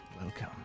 welcome